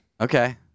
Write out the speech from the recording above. Okay